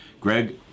Greg